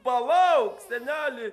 palauk seneli